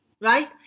right